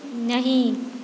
नहि